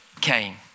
came